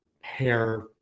hair